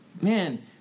man